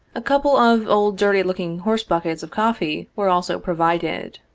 a couple of old dirty-looking horse buckets of coffee were also provided.